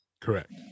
Correct